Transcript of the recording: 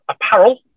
apparel